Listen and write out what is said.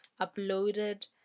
uploaded